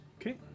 Okay